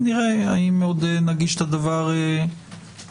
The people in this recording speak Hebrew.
נראה האם עוד נגיש את הדבר כהסתייגות,